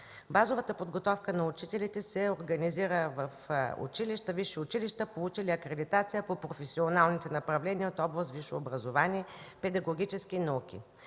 Базовата подготовка на учителите се организира в училища и висши училища, получили акредитация по професионалните направления от областите с образование и педагогическите науки.